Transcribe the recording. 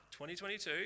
2022